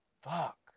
Fuck